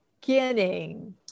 beginning